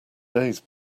days